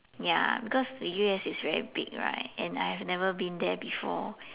ya because the U_S is very big right and I have never been there before